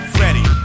ready